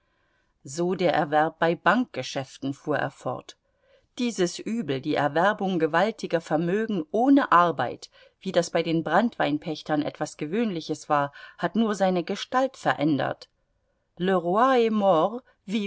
so der erwerb bei bankgeschäften fuhr er fort dieses übel die erwerbung gewaltiger vermögen ohne arbeit wie das bei den branntweinpächtern etwas gewöhnliches war hat nur seine gestalt verändert